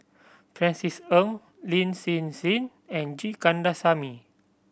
Francis Ng Lin Hsin Hsin and G Kandasamy